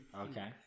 Okay